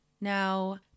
Now